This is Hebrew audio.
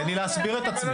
תן לי להסביר את עצמי.